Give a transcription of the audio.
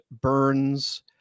Burns